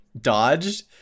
dodged